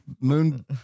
moon